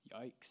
Yikes